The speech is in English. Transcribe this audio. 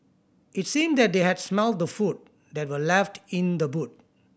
it seemed that they had smelt the food that were left in the boot